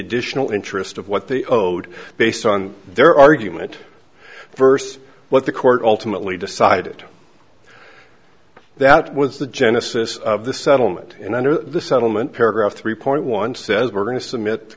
additional interest of what they owed based on their argument first what the court ultimately decided that was the genesis of the settlement and under the settlement paragraph three point one says we're going to submit